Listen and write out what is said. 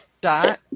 Dot